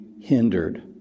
hindered